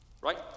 right